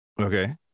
Okay